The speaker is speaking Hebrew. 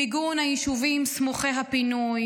מיגון היישובים סמוכי הגדר,